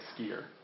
skier